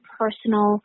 personal